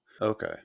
Okay